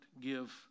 give